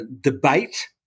debate